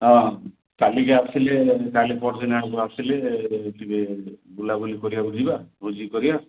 ହଁ କାଲିକି ଆସିଲେ କାଲି ପରଦିନ ଆଡ଼କୁ ଆସିଲେ ଟିକେ ବୁଲାବୁଲି କରିବାକୁ ଯିବା ଭୋଜି କରିବା